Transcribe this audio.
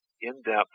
in-depth